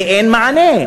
ואין מענה.